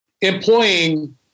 employing